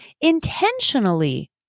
intentionally